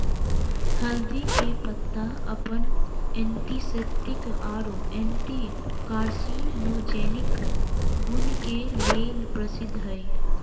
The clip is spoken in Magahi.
हल्दी के पत्ता अपन एंटीसेप्टिक आरो एंटी कार्सिनोजेनिक गुण के लेल प्रसिद्ध हई